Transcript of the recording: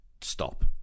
stop